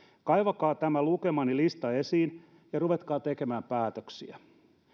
kaivakaa tämä lukemani lista esiin ja ruvetkaa tekemään päätöksiä